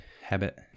habit